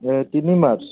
তিনি মাৰ্চ